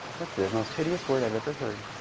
that's the most hideous word i've ever heard.